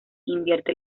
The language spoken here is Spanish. invierte